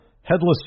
Headless